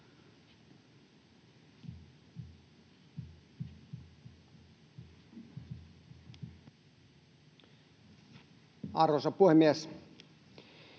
Arvoisa puhemies!